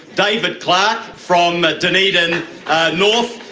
david clark from dunedin north.